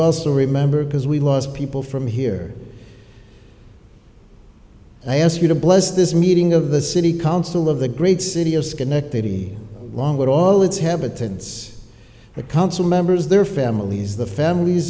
also remember because we lost people from here i ask you to bless this meeting of the city council of the great city of schenectady along with all its habitat it's the council members their families the families